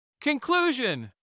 Conclusion